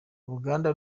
uruganda